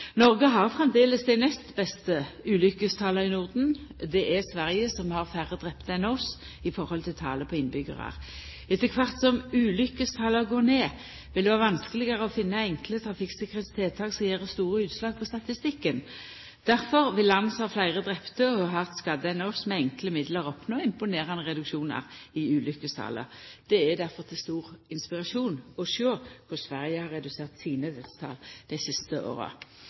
Noreg har framleis dei nest beste ulukkestala i Norden. Det er Sverige som har færre drepne enn oss i høve til talet på innbyggjarar. Etter kvart som ulukkestala går ned, vil det vera vanskelegare å finna enkle trafikktryggleikstiltak som gjer store utslag på statistikken. Difor vil land som har fleire drepne og hardt skadde enn oss, med enkle middel oppnå imponerande reduksjonar i ulukkestala. Det er difor til stor inspirasjon å sjå korleis Sveige har redusert sine dødstal dei siste åra.